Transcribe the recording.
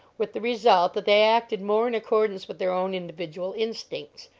with the result that they acted more in accordance with their own individual instincts,